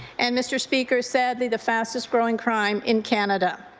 and mr. speaker, sadly the fastest growing crime in canada.